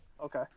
Okay